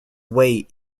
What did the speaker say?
way